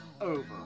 over